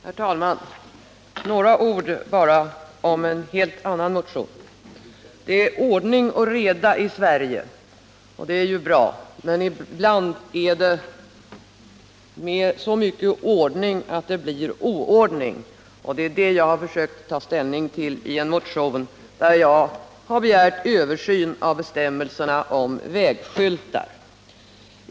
Herr talman! Jag vill säga några ord om en helt annan motion. Det är ordning och reda i Sverige, och det är ju bra. Men ibland är det så mycket ordning att det blir oordning, och det är detta jag har försökt peka på i en motion där jag begärt översyn av bestämmelserna om vägskyltar.